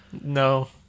No